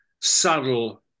subtle